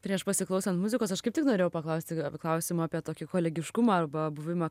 prieš pasiklausant muzikos aš kaip tik norėjau paklausti klausimo apie tokį kolegiškumą arba buvimą